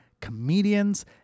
Comedians